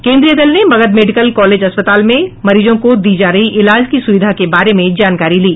केन्द्रीय दल ने मगध मेडिकल कॉलेज अस्पताल में मरीजों को दी जा रही इलाज की सुविधा के बारे में जानकारी ली